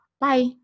Bye